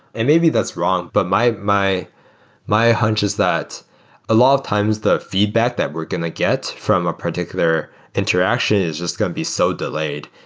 and maybe that's wrong. but my my hunch is that a lot of times the feedback that we're going to get from a particular interaction is just going to be so delayed.